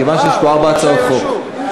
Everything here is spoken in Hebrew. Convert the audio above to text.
מכיוון שיש פה ארבע הצעות חוק.